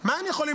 יהודי?